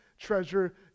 treasure